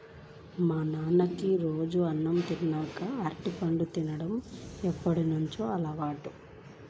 మా నాన్నకి రోజూ అన్నం తిన్నాక అరటిపండు తిన్డం ఎప్పటినుంచో అలవాటంట